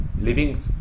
living